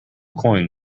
coin